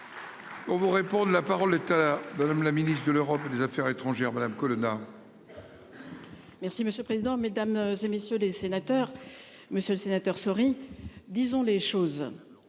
On vous réponde. La parole est à la madame la Ministre de l'Europe et des Affaires étrangères, madame Colonna.-- Merci monsieur le président, Mesdames, et messieurs les sénateurs, Monsieur le Sénateur. Disons les choses.